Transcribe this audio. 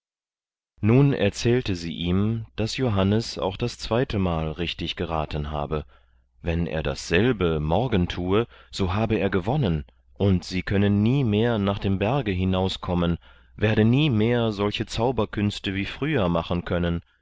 nun erzählte sie ihm daß johannes auch das zweite mal richtig geraten habe wenn er dasselbe morgen thue so habe er gewonnen und sie könne nie mehr nach dem berge hinauskommen werde nie mehr solche zauberkünste wie früher machen können